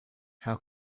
how